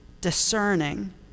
discerning